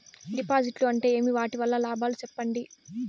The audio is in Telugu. డిపాజిట్లు అంటే ఏమి? వాటి వల్ల లాభాలు సెప్పండి?